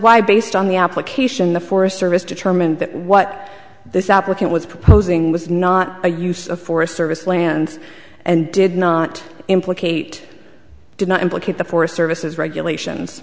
why based on the application the forest service determined that what this applicant was proposing was not a use of forest service lands and did not implicate did not implicate the forest services regulations